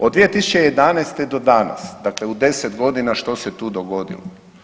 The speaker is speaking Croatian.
Od 2011. do danas dakle u 10 godina što se tu dogodilo?